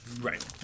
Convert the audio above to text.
Right